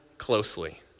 closely